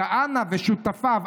כהנא ושותפיו,